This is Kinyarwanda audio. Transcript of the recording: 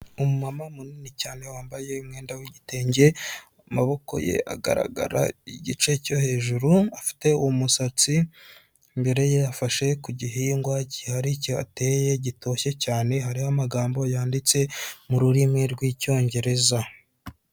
Umumama munini cyane wambaye umwenda w'igitenge amaboko ye agaragara igice cyo hejuru, afite umusatsi imbere ye yafashe ku gihingwa gihari, kihateye gitoshye cyane hariho amagambo yanditse mu rurimi rw'icyongereza.